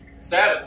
Seven